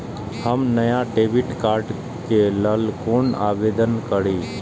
हम नया debit card के लल कौना आवेदन करि?